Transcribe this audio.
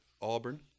Auburn